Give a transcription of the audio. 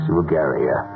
Bulgaria